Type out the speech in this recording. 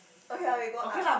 okay lor we go up